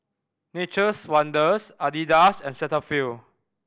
Nature's Wonders Adidas and Cetaphil